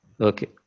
Okay